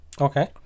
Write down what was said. okay